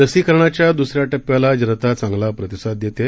लसीकरणाच्या दुसऱ्या टप्प्याला जनता चांगला प्रतिसाद देत आहे